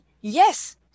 yes